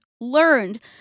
learned